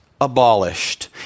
abolished